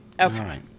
okay